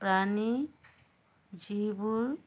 প্ৰাণী যিবোৰ